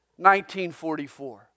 1944